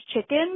chicken